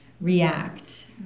react